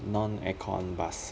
non aircon bus